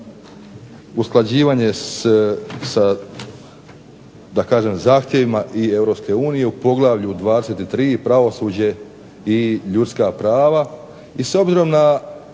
usklađivanje sa, da kažem zahtjevima i EU u Poglavlju 23. – Pravosuđe i ljudska prava. I s obzirom na